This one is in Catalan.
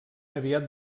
aviat